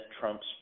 Trump's